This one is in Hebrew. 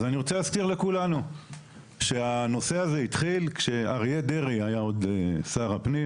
אני רוצה להזכיר לכולנו שהנושא הזה התחיל עוד כשאריה דרעי היה שר הפנים.